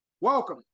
Welcome